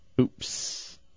Oops